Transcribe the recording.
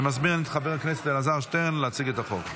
אני מזמין את חבר הכנסת אלעזר שטרן להציג את החוק.